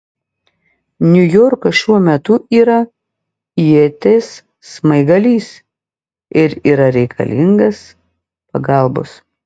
niujorkas šiuo metu yra ieties smaigalys ir yra reikalingas pagalbos